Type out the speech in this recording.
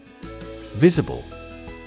Visible